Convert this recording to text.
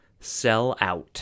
Sellout